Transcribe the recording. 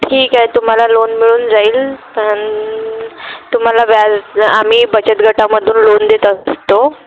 ठीक आहे तुम्हाला लोन मिळून जाईल पण तुम्हाला व्याज आम्ही बचतगटामधून लोन देत असतो